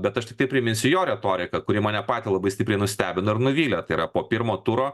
bet aš tiktai priminsiu jo retoriką kuri mane patį labai stipriai nustebino ir nuvylė tai yra po pirmo turo